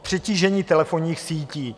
K přetížení telefonních sítí.